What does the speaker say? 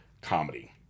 comedy